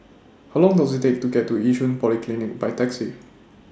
How Long Does IT Take to get to Yishun Polyclinic By Taxi